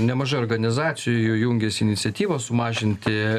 nemažai organizacijų jų jungiasi iniciatyvos sumažinti